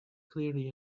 clearly